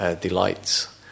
delights